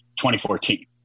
2014